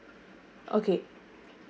okay